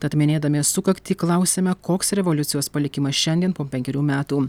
tad minėdami sukaktį klausiame koks revoliucijos palikimas šiandien po penkerių metų